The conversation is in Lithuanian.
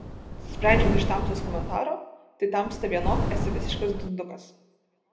sprendžiant iš tamstos komentaro tai tamsta vienok esi visiškas dundukas